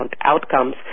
Outcomes